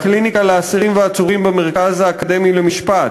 לקליניקה לאסירים ועצורים במרכז האקדמי למשפט,